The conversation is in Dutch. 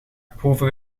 proeven